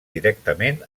directament